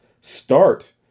start